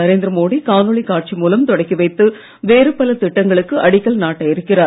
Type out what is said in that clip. நரேந்திர மோடி காணொளி காட்சி மூலம் தொடக்கி வைத்து வேறு பல திட்டங்களுக்கு அடிக்கல் நாட்ட இருக்கிறார்